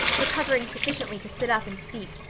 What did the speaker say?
recovering sufficiently to sit up and speak,